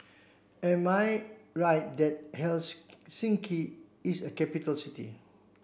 am I right that is a capital city